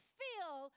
feel